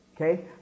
Okay